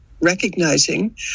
recognizing